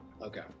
Okay